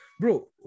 Bro